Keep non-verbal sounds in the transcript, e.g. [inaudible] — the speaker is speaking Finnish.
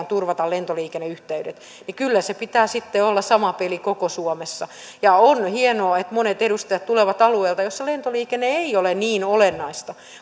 [unintelligible] turvata lentoliikenneyhteydet niin kyllä pitää sitten olla sama peli koko suomessa on hienoa että monet edustajat tulevat alueelta jossa lentoliikenne ei ole niin olennaista